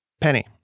Penny